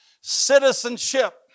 citizenship